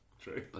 true